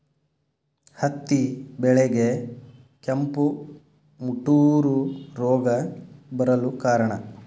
ಹತ್ತಿ ಬೆಳೆಗೆ ಕೆಂಪು ಮುಟೂರು ರೋಗ ಬರಲು ಕಾರಣ?